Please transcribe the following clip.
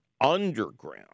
underground